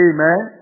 Amen